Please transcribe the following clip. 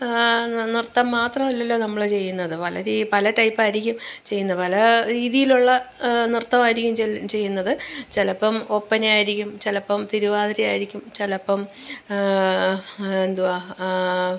ന് നൃത്തം മാത്രമല്ലല്ലോ നമ്മള് ചെയ്യുന്നത് പല രീ പല ടൈപ്പായിരിക്കും ചെയ്യുന്നേ പല രീതിയിലുള്ള നൃത്തമായിരിക്കും ചെൽ ചെയ്യുന്നത് ചിലപ്പോള് ഒപ്പനയായിരിക്കും ചിലപ്പോള് തിരുവാതിരയായിരിക്കും ചിലപ്പോള് എന്തുവാ